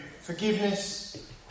forgiveness